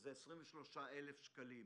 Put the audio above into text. שזה 23,000 שקלים,